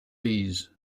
bees